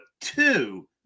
two